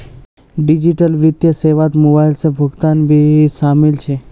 digital वित्तीय सेवात mobile से भुगतान भी शामिल छे